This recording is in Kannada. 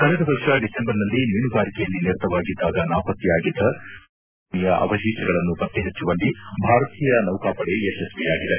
ಕಳೆದ ವರ್ಷ ಡಿಸೆಂಬರ್ನಲ್ಲಿ ಮೀನುಗಾರಿಕೆಯಲ್ಲಿ ನಿರತವಾಗಿದ್ದಾಗ ನಾಪತ್ತೆಯಾಗಿದ್ದ ಸುವರ್ಣ ತ್ರಿಭುಜ ದೋಣಿಯ ಅವಶೇಷಗಳನ್ನು ಪತ್ತೆಹಚ್ಚುವಲ್ಲಿ ಭಾರತೀಯ ನೌಕಾಪಡೆ ಯಶಸ್ವಿಯಾಗಿದೆ